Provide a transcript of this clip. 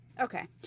okay